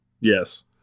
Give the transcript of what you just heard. Yes